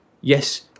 yes